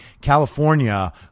California